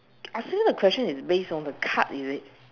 I think the question is base on the card is it